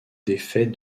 défait